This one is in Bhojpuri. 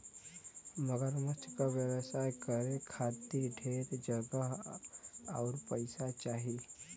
मगरमच्छ क व्यवसाय करे खातिर ढेर जगह आउर पइसा चाही